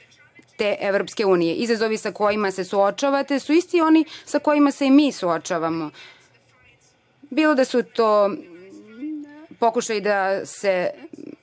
deo te EU.Izazovi sa kojima se suočavate su isti oni sa kojima se i mi suočavamo, bilo da su to pokušaji da